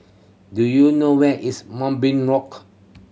do you know where is Moonbeam Walk